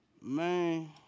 Man